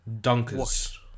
dunkers